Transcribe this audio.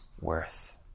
worth